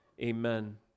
Amen